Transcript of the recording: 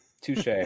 Touche